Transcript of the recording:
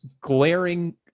glaring